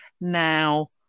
now